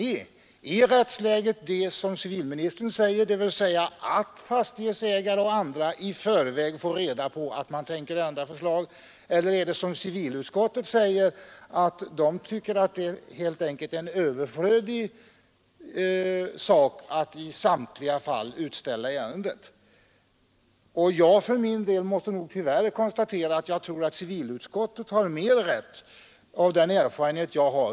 Är rättsläget det som civilministern säger, dvs. att fastighetsägare och andra i förväg får reda på föreliggande förslag, eller är det som civilutskottet säger att det anses överflödigt att ställa ut förslagen? För min del tror jag tyvärr — med den . erfarenhet jag har från min egen hemkommun =— att civilutskottet har rätt i sin bedömning.